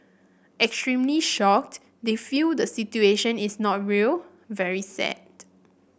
extremely shocked they feel the situation is not real very sad